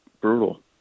brutal